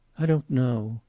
i don't know.